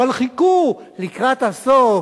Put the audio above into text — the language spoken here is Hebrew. אבל חיכו לקראת הסוף,